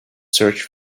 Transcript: search